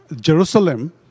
Jerusalem